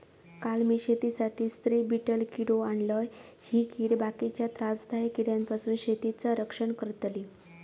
काल मी शेतीसाठी स्त्री बीटल किडो आणलय, ही कीड बाकीच्या त्रासदायक किड्यांपासून शेतीचा रक्षण करतली